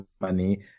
money